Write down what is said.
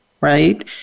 right